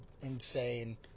insane